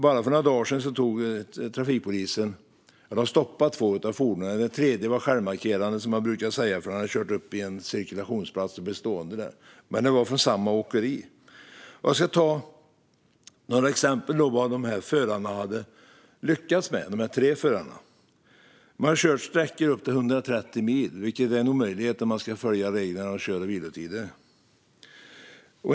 Bara för några dagar sedan stoppade trafikpolisen två fordon. Ett tredje var självmarkerande, som vi brukar säga, för det hade kört upp i en cirkulationsplats och blivit stående där. De var från samma åkeri. Jag ska ta några exempel på vad dessa tre förare hade lyckats med. De hade kört sträckor på upp till 130 mil, vilket är en omöjlighet om man ska följa reglerna om kör och vilotider.